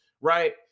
right